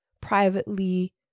privately